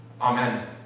Amen